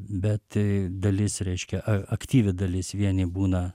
bet dalis reiškia a aktyvi dalis vieni būna